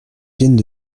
viennent